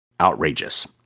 outrageous